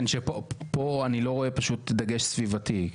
אני לא רואה פה דגש סביבתי.